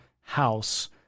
house